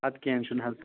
ادٕ کیٚنٛہہ چھُنہٕ حظ